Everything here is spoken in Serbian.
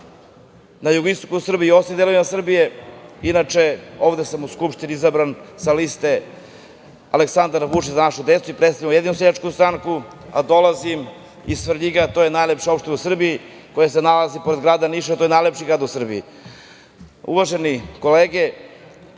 na jugoistoku i ostalim delovima Srbije. Inače, ovde sam u Skupštini izabran sa liste "Aleksandar Vučić - Za našu decu" i predstavljam Ujedinjenu seljačku stranku. Dolazim iz Svrljiga, a to je najlepša opština u Srbiji, koja se nalazi pored grada Niša, koji je najlepši grad u Srbiji. Uvažene kolege,